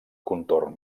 contorn